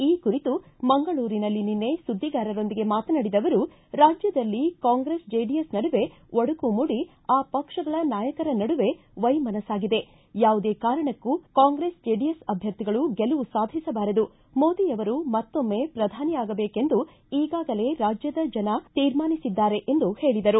ಈ ಕುರಿತು ಮಂಗಳೂರಿನಲ್ಲಿ ನಿನ್ನೆ ಸುದ್ದಿಗಾರರೊಂದಿಗೆ ಮಾತನಾಡಿದ ಅವರು ರಾಜ್ಯದಲ್ಲಿ ಕಾಂಗ್ರೆಸ್ ಜೆಡಿಎಸ್ ನಡುವೆ ಒಡಕು ಮೂಡಿ ಆ ಪಕ್ಷಗಳ ನಾಯಕರ ನಡುವೆ ಮೈಮನ್ನಿದೆ ಯಾವುದೇ ಕಾರಣಕ್ಕೂ ಕಾಂಗ್ರೆಸ್ ಜೆಡಿಎಸ್ ಆಧ್ವರ್ಥಿಗಳು ಗೆಲುವು ಸಾಧಿಸಬಾರದು ಮೋದಿಯವರು ಮತ್ತೊಮ್ನೆ ಶ್ರಧಾನಿ ಆಗಬೇಕೆಂದು ಈಗಾಗಲೇ ರಾಜ್ಯದ ಜನ ತೀರ್ಮಾನಿಸಿದ್ದಾರೆ ಎಂದು ಹೇಳಿದರು